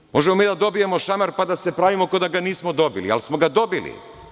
Znate, možemo mi da dobijemo šamar, pa da se pravimo kao da ga nismo dobili, ali smo ga dobili.